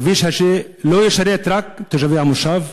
הכביש הזה לא ישרת רק את תושבי המושב.